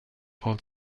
old